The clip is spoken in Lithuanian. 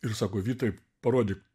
ir sako vytai parody